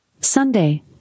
Sunday